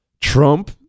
Trump